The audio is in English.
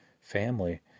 family